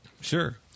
Sure